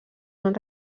són